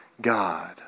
God